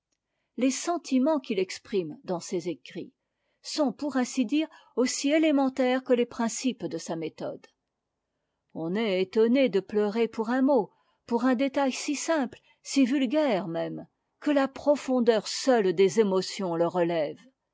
les sentiments qu'il exprime dans ces écrits sont pour ainsi dire aussi élémentaires que les principes de sa méthode on est étonné de pleurer pour un mot pour un détail si simple si vulgaire même que la profondeur seule des émotions le relève